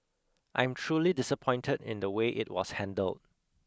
I'm truly disappointed in the way it was handled